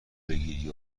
بگیری